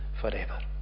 forever